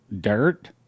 dirt